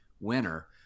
winner